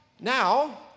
Now